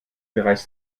bereits